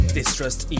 Distrust